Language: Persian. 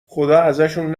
خداازشون